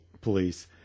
police